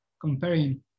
comparing